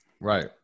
Right